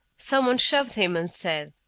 someone shoved him and said,